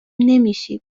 نمیشیم